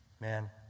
man